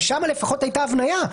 ושם לפחות הייתה הבניה.